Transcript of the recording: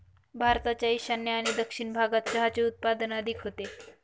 भारताच्या ईशान्य आणि दक्षिण भागात चहाचे उत्पादन अधिक होते